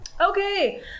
Okay